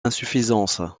insuffisances